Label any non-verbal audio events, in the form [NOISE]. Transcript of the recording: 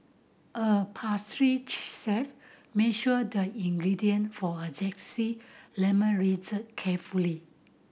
a pastry [UNINTELLIGIBLE] chef measured the ingredient for a [UNINTELLIGIBLE] lemon [UNINTELLIGIBLE] carefully